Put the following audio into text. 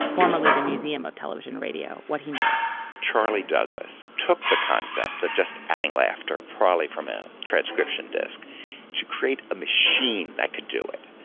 formerly the museum of television radio, what he knew charlie douglas took the concept that just adding laughter probably from a transcription disc to create a machine that could do it,